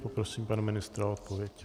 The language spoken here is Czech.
Poprosím pana ministra o odpověď.